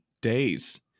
days